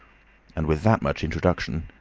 and with that much introduction,